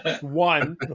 One